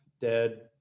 dead